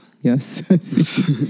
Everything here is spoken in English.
Yes